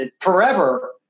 forever